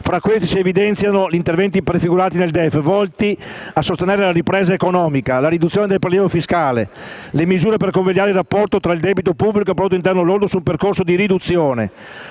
Fra questi, si evidenziano gli interventi prefigurati nel DEF volti a sostenere la ripresa economica, la riduzione del prelievo fiscale, le misure per convogliare il rapporto tra il debito pubblico e il prodotto interno lordo su un percorso di riduzione,